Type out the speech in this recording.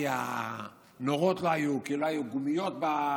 כי הנורות לא היו, כי לא היו גומיות בדלתות.